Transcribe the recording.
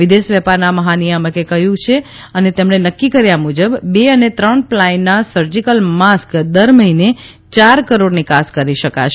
વિદેશ વેપારના મહાનિયામકે નકકી કર્યા મુજબ બે અને ત્રણ પ્લાયના સર્જિકલ માસ્ક દર મહિને ચાર કરોડ નિકાસ કરી શકાશે